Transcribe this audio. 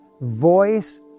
Voice